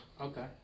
Okay